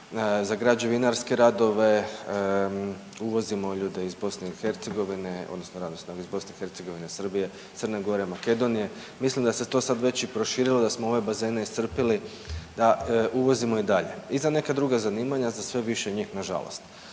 za građevinarske radove uvozimo ljude iz BiH odnosno radnu snagu ih BiH, Srbije, Crne Gore, Makedonije. Mislim da se to sad već i proširilo i da smo ove bazene iscrpili da uvozimo i dalje. I za neka druga zanimanja za sve više njih nažalost.